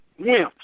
wimps